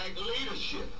leadership